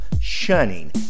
shunning